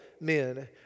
men